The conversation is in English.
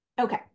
Okay